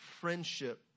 friendship